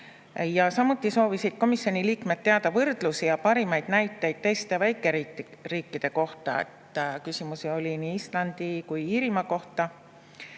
Samuti soovisid komisjoni liikmed teada võrdlusi ja parimaid näiteid teiste väikeriikide kohta. Küsimusi oli nii Islandi kui ka Iirimaa kohta.